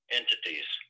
entities